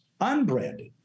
Unbranded